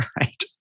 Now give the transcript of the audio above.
Right